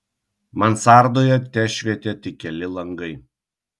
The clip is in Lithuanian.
mansardoje tešvietė tik keli langai